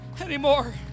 anymore